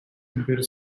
computer